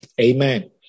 Amen